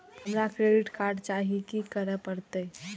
हमरा credit card चाही की करे परतै?